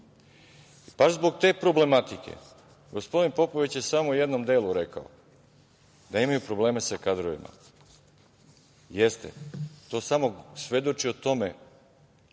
Baš zbog te problematike, gospodin Popović je samo u jednom delu rekao da imaju probleme sa kadrovima. Jeste, to samo svedoči o tome